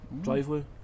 driveway